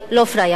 לא פראיירים.